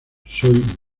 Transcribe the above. soy